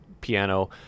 piano